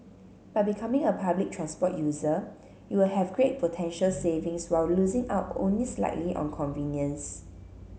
by becoming a public transport user you will have great potential savings while losing out only slightly on convenience